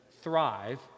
thrive